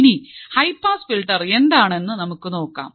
ഇനി high pass filter എന്താണെന്ന് നമുക്ക് നോക്കാം